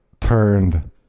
turned